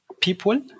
people